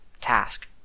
task